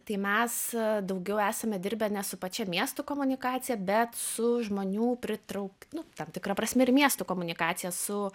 tai mes daugiau esame dirbę ne su pačia miestų komunikacija bet su žmonių pritrauk tam tikra prasme ir miestų komunikacija su